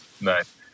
Nice